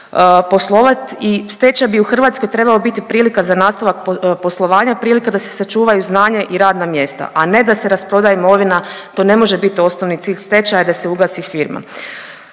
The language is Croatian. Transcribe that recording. stečaj bi u Hrvatskoj trebao biti prilika za nastavak poslovanja, prilika da se sačuvaju znanja i radna mjesta, a ne da se rasprodaje imovina, to ne može biti osnovni cilj stečaja da se ugasi firma.